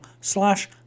slash